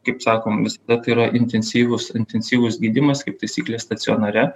kaip sakom visada tai yra intensyvus intensyvus gydymas kaip taisyklė stacionare